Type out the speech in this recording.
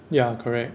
ya correct